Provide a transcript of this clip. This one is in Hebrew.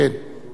אדוני השר,